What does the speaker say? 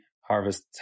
harvest